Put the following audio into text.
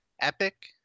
Epic